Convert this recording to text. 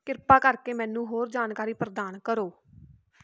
ਕਿਰਪਾ ਕਰਕੇ ਮੈਨੂੰ ਹੋਰ ਜਾਣਕਾਰੀ ਪ੍ਰਦਾਨ ਕਰੋ